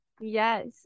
Yes